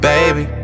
Baby